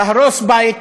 להרוס בית,